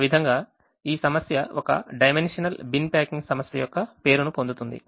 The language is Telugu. ఆ విధంగా ఈ సమస్య ఒక డైమెన్షనల్ బిన్ ప్యాకింగ్ సమస్య యొక్క పేరును పొందుతుంది